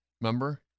Remember